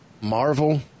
Marvel